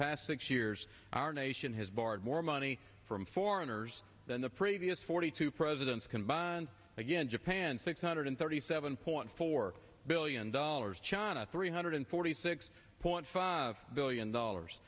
past six years our nation has borrowed more money from foreigners than the previous forty two presidents combined again japan six hundred thirty seven point four billion dollars china three hundred forty six point five billion dollars